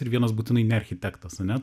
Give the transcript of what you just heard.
ir vienas būtinai ne architektas ane